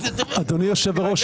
אדוני יושב הראש,